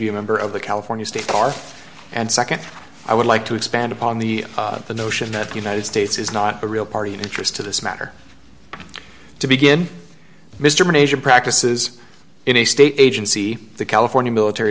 be a member of the california state bar and secondly i would like to expand upon the the notion that the united states is not a real party in interest to this matter to begin with mr major practices in a state agency the california military